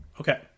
okay